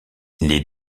les